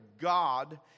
God